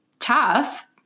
tough